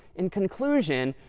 in conclusion,